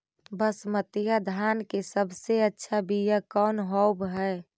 बसमतिया धान के सबसे अच्छा बीया कौन हौब हैं?